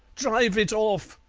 drive it off!